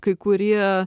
kai kurie